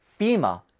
FEMA